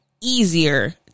easier